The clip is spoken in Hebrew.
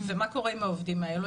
ומה קורה עם העובדים האלה?